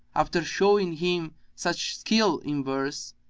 after showing him such skill in verse,